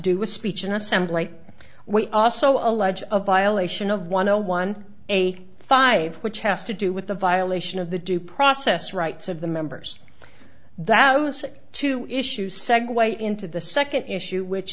do with speech and assembly we also allege a violation of one zero one eight five which has to do with the violation of the due process rights of the members that was to issue segue into the second issue which